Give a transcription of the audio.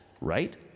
right